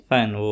Fine